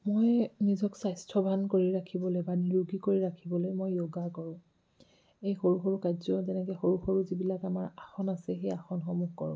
মই নিজক স্বাস্থ্যৱান কৰি ৰাখিবলৈ বা নিৰোগী কৰি ৰাখিবলৈ মই য়োগা কৰোঁ এই সৰু সৰু কাৰ্যবোৰৰ বাবে সৰু সৰু যিবিলাক আমাৰ আসন আছে সেই আসনসমূহ কৰোঁ